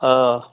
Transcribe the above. آ